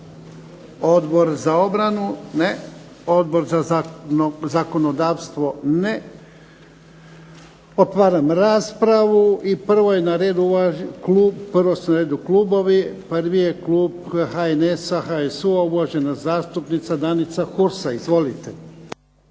Odbor za obranu? Ne. Odbor za zakonodavstvo? Ne. Otvaram raspravu. Prvo su na redu klubovi. Prvi je klub HNS-HSU-a, uvažena zastupnica Danica Hursa. Izvolite.